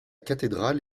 cathédrale